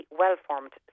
well-formed